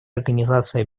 организации